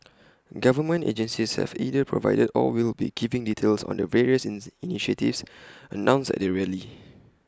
government agencies have either provided or will be giving details on the various initiatives announced at the rally